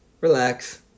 relax